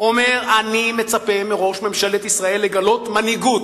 אומר: אני מצפה מראש ממשלת ישראל לגלות מנהיגות,